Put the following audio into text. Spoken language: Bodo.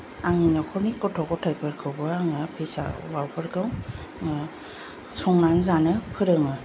आंनि न'खरनि गथ' गथायइफौरखौबो आङो फिसा हौवाफोरखौ संनानै जानो फोरोङो